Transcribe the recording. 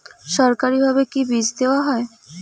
সরকারিভাবে কি বীজ দেওয়া হয়?